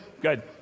Good